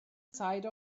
side